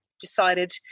decided